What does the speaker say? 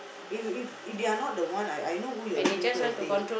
if if if they are not the one I I know who you referring to as they